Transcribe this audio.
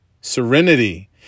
serenity